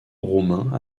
roumain